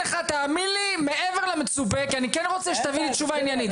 תאמין לי שאני נותן לך מעבר למצופה כי אני כן רוצה שתביא תשובה עניינית.